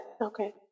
Okay